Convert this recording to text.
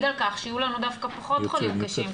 על כך שיהיו לנו דווקא פחות חולים קשים,